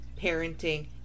parenting